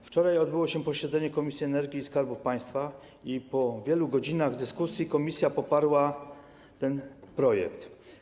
Wczoraj odbyło się posiedzenie Komisji do Spraw Energii i Skarbu Państwa i po wielu godzinach dyskusji komisja poparła ten projekt.